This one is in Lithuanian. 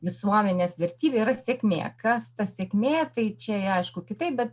visuomenės vertybė yra sėkmė kas ta sėkmė tai čia aišku kitaip bet